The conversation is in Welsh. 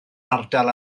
ardal